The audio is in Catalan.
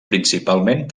principalment